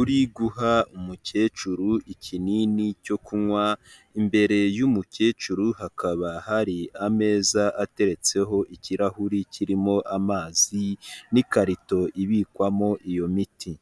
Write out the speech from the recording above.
uri guha umukecuru ikinini cyo kunywa, imbere y'umukecuru hakaba hari ameza ateretseho ikirahuri kirimo amazi n'ikarito ibikwamo iyo miti.